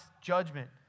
judgment